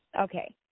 Okay